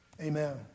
amen